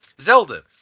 zelda